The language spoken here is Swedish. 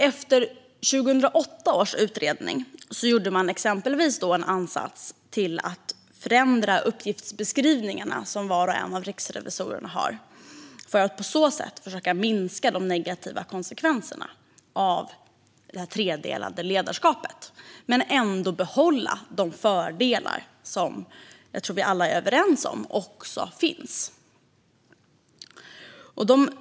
Efter 2008 års utredning gjorde man exempelvis en ansats att förändra de uppgiftsbeskrivningar som var och en av riksrevisorerna har för att på så sätt försöka minska de negativa konsekvenserna av det tredelade ledarskapet men ändå behålla de fördelar som jag tror att vi alla är överens om också finns.